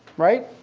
right?